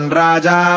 raja